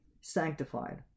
sanctified